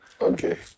Okay